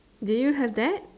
do you have that